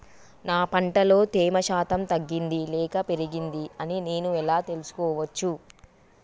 నా పంట లో తేమ శాతం తగ్గింది లేక పెరిగింది అని నేను ఎలా తెలుసుకోవచ్చు?